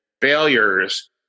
failures